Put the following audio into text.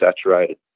saturated